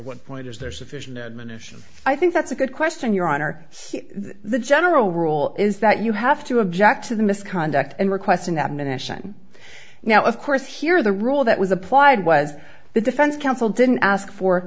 what point is there sufficient admonition i think that's a good question your honor the general rule is that you have to object to the misconduct and request an admission now of course here the rule that was applied was the defense counsel didn't ask for